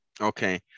okay